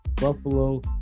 Buffalo